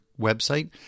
website